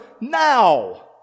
now